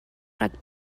rhag